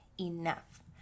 enough